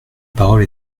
parole